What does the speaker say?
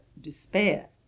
despair